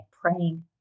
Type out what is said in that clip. praying